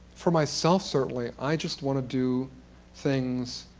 for myself certainly, i just want to do things